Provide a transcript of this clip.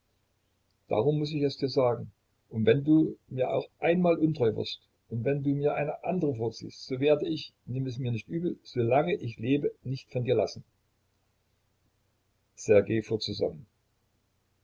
darum muß ich es dir sagen und wenn du mir auch einmal untreu wirst und wenn du mir eine andere vorziehst so werde ich nimm es mir nicht übel solange ich lebe nicht von dir lassen ssergej fuhr zusammen